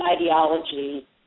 ideology